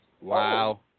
Wow